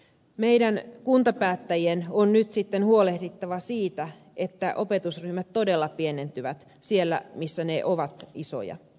meidän kuntapäättäjien on nyt sitten huolehdittava siitä että opetusryhmät todella pienentyvät siellä missä ne ovat isoja